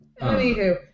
Anywho